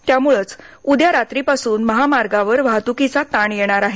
त्यामुळंच उद्या रात्रीपासूनच महामार्गावर वाहतुकीचा ताण येणार आहे